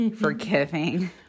Forgiving